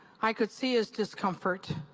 i could see his discomfort.